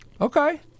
okay